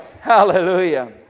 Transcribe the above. Hallelujah